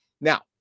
Now